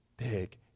Big